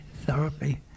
therapy